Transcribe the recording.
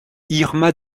irma